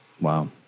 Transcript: Wow